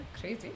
crazy